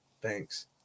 Thanks